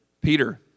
Peter